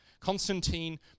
Constantine